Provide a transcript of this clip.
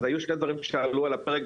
אז היו שתי דברים שעלו על הפרק,